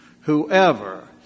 Whoever